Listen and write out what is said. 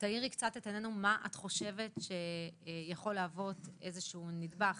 תאירי קצת את עינינו מה את חושבת שיכול להוות איזה שהוא נדבך,